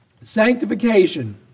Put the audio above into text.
Sanctification